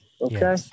Okay